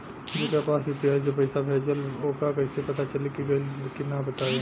जेकरा पास यू.पी.आई से पईसा भेजब वोकरा कईसे पता चली कि गइल की ना बताई?